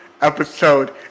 episode